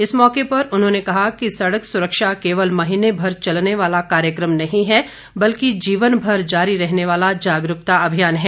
इस मौके पर उन्होंने कहा कि सड़क सुरक्षा केवल महीनभर चलने वाला कार्यक्रम नहीं है बल्कि जीवन भर जारी रहने वाला जागरूकता अभियान है